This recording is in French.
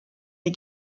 les